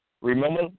Remember